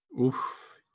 Oof